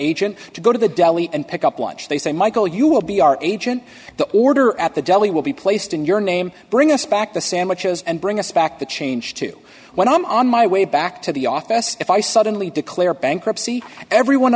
agent to go to the deli and pick up lunch they say michael you will be our agent the order at the deli will be placed in your name bring us back the sandwiches and bring us back the change to when i'm on my way back to the office if i suddenly declare bankruptcy everyone